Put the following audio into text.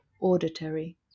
auditory